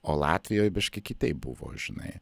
o latvijoj biškį kitaip buvo žinai